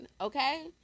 okay